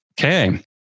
Okay